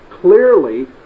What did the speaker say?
Clearly